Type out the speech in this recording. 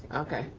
okay,